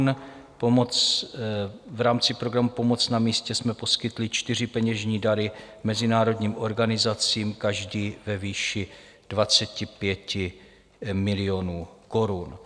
V rámci programu Pomoc na místě jsme poskytli čtyři peněžní dary mezinárodním organizacím, každý ve výši 25 milionů korun.